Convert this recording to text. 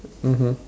mmhmm